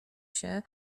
się